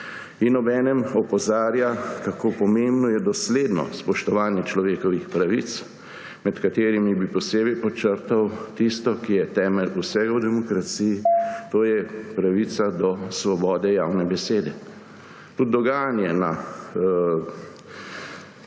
In obenem opozarja, kako pomembno je dosledno spoštovanje človekovih pravic, med katerimi bi posebej podčrtal tisto, ki je temelj vsega v demokraciji, to je pravica do svobode javne besede. Tudi dogajanje na